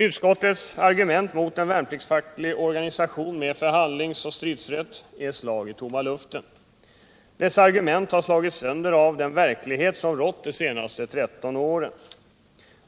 Utskottets argument mot en värnpliktsfacklig organisation med förhandlings och stridsrätt är slag i tomma luften. Dess argument har slagits sönder av den verklighet som rått de senaste 13 åren.